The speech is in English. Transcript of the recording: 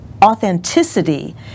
authenticity